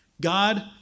God